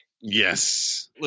Yes